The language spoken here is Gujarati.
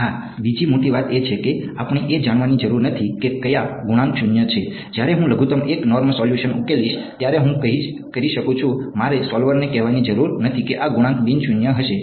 હા બીજી મોટી વાત એ છે કે આપણે એ જાણવાની જરૂર નથી કે કયા ગુણાંક શૂન્ય છે જ્યારે હું લઘુત્તમ 1 નોર્મ સોલ્યુશન ઉકેલીશ ત્યારે હું કરી શકું છું મારે સોલ્વરને કહેવાની જરૂર નથી કે આ ગુણાંક બિન શૂન્ય હશે